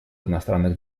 иностранных